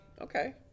Okay